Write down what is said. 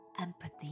empathy